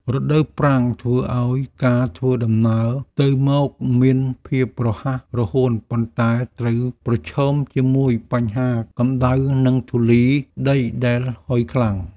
រដូវប្រាំងធ្វើឱ្យការធ្វើដំណើរទៅមកមានភាពរហ័សរហួនប៉ុន្តែត្រូវប្រឈមជាមួយបញ្ហាកម្តៅនិងធូលីដីដែលហុយខ្លាំង។